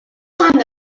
time